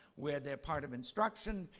where they're part of instruction.